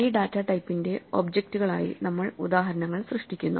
ഈ ഡാറ്റ ടൈപ്പിന്റെ ഒബ്ജക്റ്റുകളായി നമ്മൾ ഉദാഹരണങ്ങൾ സൃഷ്ടിക്കുന്നു